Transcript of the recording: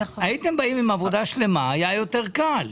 אם הייתם באים עם עבודה שלמה היה יותר קל.